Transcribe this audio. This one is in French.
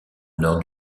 nord